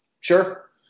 Sure